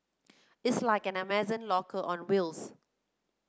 it's like an Amazon locker on wheels